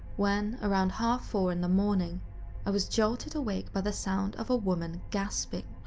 when around half four in the morning i was jolted awake by the sound of a woman gasping.